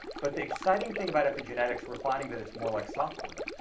but the exciting thing about epigenetics, we're finding that it's more like software.